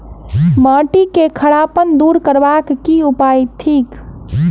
माटि केँ खड़ापन दूर करबाक की उपाय थिक?